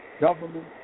government